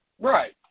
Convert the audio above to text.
Right